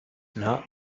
not